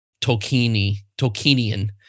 Tolkienian